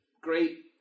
great